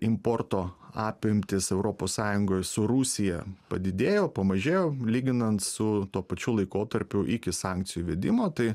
importo apimtys europos sąjungoj su rusija padidėjo pamažėjo lyginant su tuo pačiu laikotarpiu iki sankcijų įvedimo tai